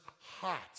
hot